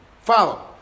Follow